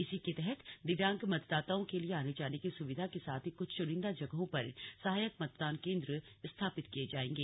इसी के तहत दिव्यांग मतदाताओं के लिए आने जाने की सुविधा के साथ ही कुछ चुनिंदा जगहों पर सहायक मतदान केंद्र स्थापित किए जाएंगें